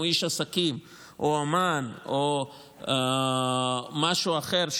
אם הוא איש עסקים או אומן או משהו אחר,